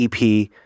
EP